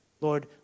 Lord